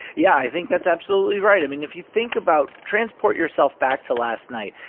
yeah, i think that's absolutely right. i mean, if you think about transport yourself back to last night,